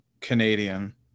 Canadian